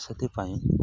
ସେଥିପାଇଁ